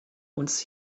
uns